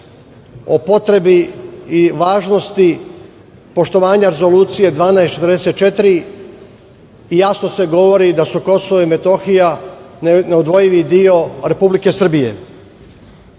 o potrebi i važnosti poštovanja Rezolucije 1244 i jasno se govori da su KiM neodvojivi deo Republike Srbije. Zbog